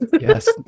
Yes